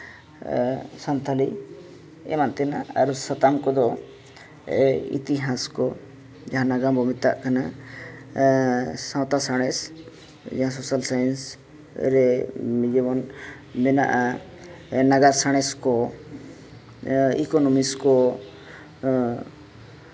ᱥᱟᱱᱛᱷᱟᱞᱤ ᱮᱢᱟᱱ ᱛᱮᱱᱟᱜ ᱥᱟᱛᱟᱢ ᱠᱚᱫᱚ ᱤᱛᱤ ᱦᱟᱥ ᱠᱚ ᱡᱟᱦᱟᱸ ᱱᱟᱜᱟᱢ ᱵᱚᱱ ᱢᱮᱛᱟᱜ ᱠᱟᱱᱟ ᱥᱟᱶᱛᱟ ᱥᱟᱬᱮᱥ ᱡᱟᱦᱟᱸ ᱥᱳᱥᱟᱞ ᱥᱟᱬᱮᱥ ᱨᱮ ᱡᱮᱢᱚᱱ ᱢᱮᱱᱟᱜᱼᱟ ᱱᱟᱜᱟᱨ ᱥᱟᱬᱮᱥ ᱠᱚ ᱤᱠᱳᱱᱚᱢᱤᱠᱥ ᱠᱚ